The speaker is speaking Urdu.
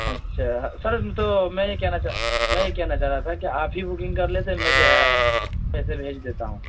اچھا سر تو میں یہ کہنا چا میں یہ کہنا چاہ رہا تھا کہ آپ ہی بکنگ کر لیتے میں جو ہے پیسے بھیج دیتا ہوں